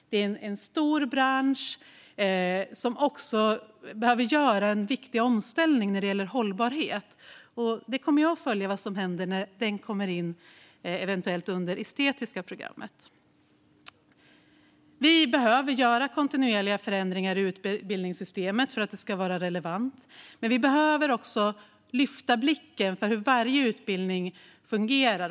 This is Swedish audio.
Det är en stor bransch som behöver göra en viktig omställning när det gäller hållbarhet. Jag kommer att följa vad som händer när den eventuellt kommer in under det estetiska programmet. Man behöver göra kontinuerliga förändringar i utbildningssystemet för att det ska vara relevant, men vi måste också lyfta blicken och se hur varje utbildning fungerar.